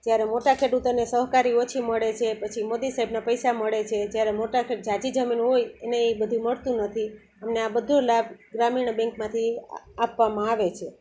જ્યારે મોટા ખેડૂતોને સહકારી ઓછી મળે છે પછી મોદી સાહેબના પૈસા મળે છે જ્યારે મોટી ઝાજી જમીન હોય એને એ બધું મળતું નથી અમને આ બધો લાભ ગ્રામીણ બેન્કમાંથી આપવામાં આવે છે